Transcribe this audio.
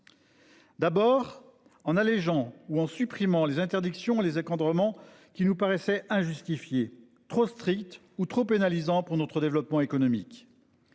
D'abord en allégeant ou en supprimant les interdictions, les effondrements qui nous paraissait injustifié trop stricte ou trop pénalisant pour notre développement économique.